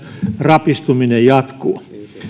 rapistuminen jatkuu